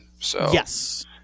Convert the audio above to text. Yes